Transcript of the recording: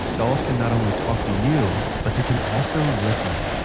dolls can not only talk to you, but they can also listen.